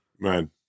man